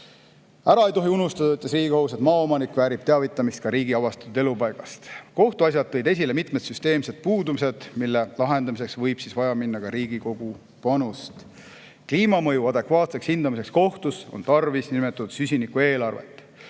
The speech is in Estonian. Ära ei tohi unustada, ütles Riigikohus, et maaomanik väärib teavitamist ka riigi avastatud elupaigast. Kohtuasjad tõid esile mitmed süsteemsed puudused, mille lahendamiseks võib vaja minna ka Riigikogu panust. Kliimamõju adekvaatseks hindamiseks kohtus on tarvis niinimetatud süsinikueelarvet.